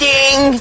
Ding